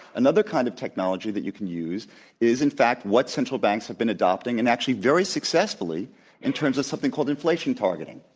another kind of technology that you can use is, in fact, what central banks have been adopting and actually very successfully in terms of something called inflation targeting.